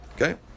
Okay